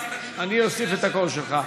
10,